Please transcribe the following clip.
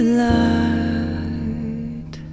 light